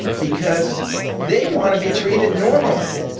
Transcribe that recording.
because they want to be treated normally.